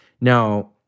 Now